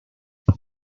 what